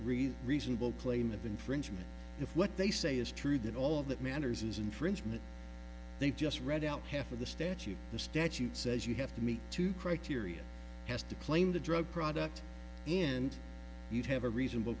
read reasonable claim of infringement if what they say is true that all that matters is inference no they just read out half of the statute the statute says you have to meet two criteria has to claim the drug product and you have a reasonable